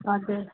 हजुर